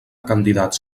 candidats